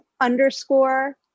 underscore